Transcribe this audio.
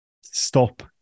stop